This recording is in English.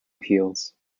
heels